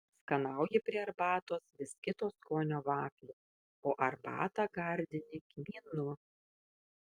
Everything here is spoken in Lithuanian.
skanauji prie arbatos vis kito skonio vaflį o arbatą gardini kmynu